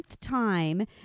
time